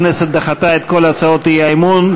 הכנסת דחתה את כל הצעות האי-אמון,